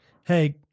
Hey